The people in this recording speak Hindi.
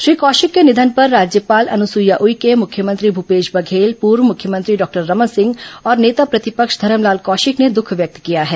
श्री कौशिक के निधन पर राज्यपाल अनुसुईया उइके मुख्यमंत्री भूपेश बघेल पूर्व मुख्यमंत्री डॉक्टर रमन सिंह और नेता प्रतिपक्ष धरमलाल कौशिक ने दुख व्यक्त किया है